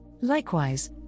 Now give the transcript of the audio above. Likewise